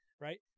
right